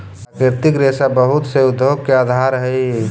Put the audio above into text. प्राकृतिक रेशा बहुत से उद्योग के आधार हई